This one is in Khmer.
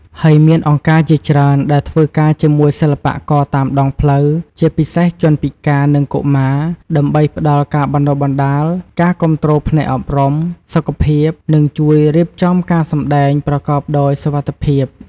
ហើយមានអង្គការជាច្រើនដែលធ្វើការជាមួយសិល្បករតាមដងផ្លូវ ជាពិសេសជនពិការ និងកុមារ ដើម្បីផ្តល់ការបណ្តុះបណ្តាល ការគាំទ្រផ្នែកអប់រំ សុខភាព និងជួយរៀបចំការសម្ដែងប្រកបដោយសុវត្ថិភាព។